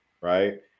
right